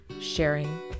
sharing